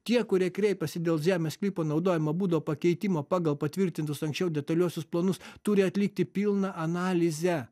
tie kurie kreipiasi dėl žemės sklypo naudojimo būdo pakeitimo pagal patvirtintus anksčiau detaliuosius planus turi atlikti pilną analizę